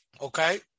Okay